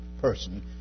person